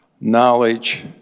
knowledge